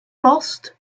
lost